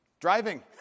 Driving